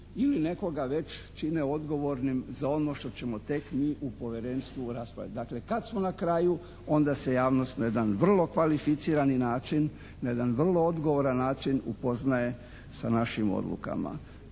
ili nekoga već čine odgovornim za ono što ćemo tek mi u povjerenstvu raspravljati. Dakle kada smo na kraju onda se javnost na jedan vrlo kvalificirani način, na jedan vrlo odgovoran način upoznaje sa našim odlukama.